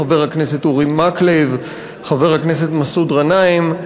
חבר הכנסת אורי מקלב וחבר הכנסת מסעוד גנאים.